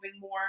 more